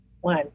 one